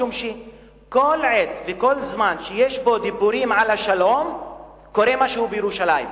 משום שכל עת וכל זמן שיש פה דיבורים על השלום קורה משהו בירושלים: